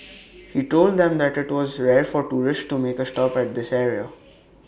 he told them that IT was rare for tourists to make A stop at this area